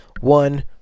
One